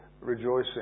rejoicing